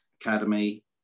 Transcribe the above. Academy